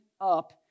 up